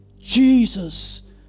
Jesus